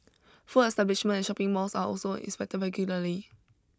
food establishment and shopping malls are also inspected regularly